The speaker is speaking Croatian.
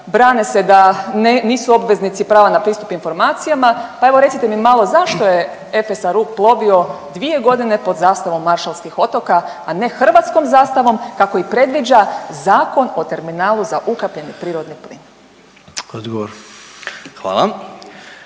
brane se da nisu obveznici prava na pristup informacijama, pa evo recite mi malo zašto FSRU plovio 2 godine pod zastavom Maršalskih otoka, a ne hrvatskom zastavom kako i predviđa Zakon o terminalu za ukapljeni prirodni plin. **Sanader,